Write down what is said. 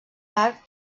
arcs